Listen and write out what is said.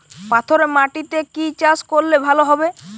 পাথরে মাটিতে কি চাষ করলে ভালো হবে?